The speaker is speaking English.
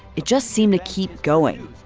it just seemed to keep going.